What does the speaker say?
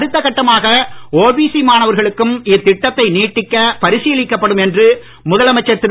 அடுத்த கட்டமாக ஓபிசி மாணவர்களுக்கும் இத்திட்டத்தை நீட்டிக்க பரிசீலிக்கப்படும் என்று முதலமைச்சர் திரு